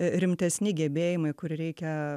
rimtesni gebėjimai kur reikia